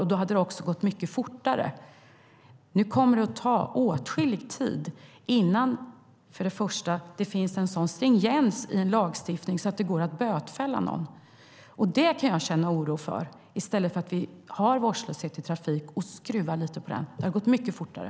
Det skulle också ha gått mycket fortare att använda den lag vi har. Nu kommer det att ta åtskillig tid innan det först och främst finns en sådan stringens i en lagstiftning att det går att bötfälla någon. Det kan jag känna oro för. Vi borde i stället använda oss om lagen om vårdslöshet i trafik och skruvar lite på den. Det hade gått mycket fortare.